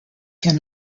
can